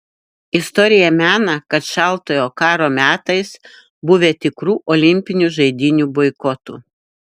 istorija mena kad šaltojo karo metais buvę tikrų olimpinių žaidynių boikotų